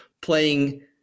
playing